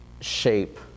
shape